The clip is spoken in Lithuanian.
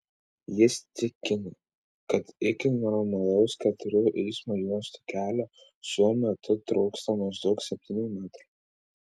jis tikino kad iki normalaus keturių eismo juostų kelio šiuo metru trūksta maždaug septynių metrų